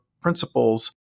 principles